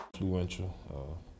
influential